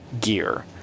gear